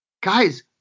guys